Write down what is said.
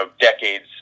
decades